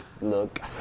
look